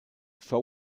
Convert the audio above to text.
from